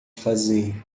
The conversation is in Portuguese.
fazer